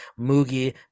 Moogie